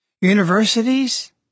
Universities